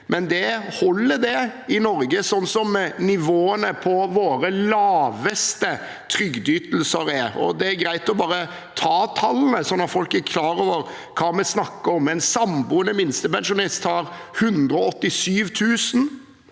men det holder i Norge slik nivåene på våre laveste trygdeytelser er. Det er greit å bare ta tallene slik at folk er klar over hva vi snakker om: En samboende minstepensjonist har 187 000